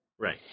Right